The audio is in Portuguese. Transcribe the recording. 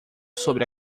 sobre